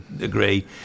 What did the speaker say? agree